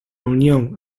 unión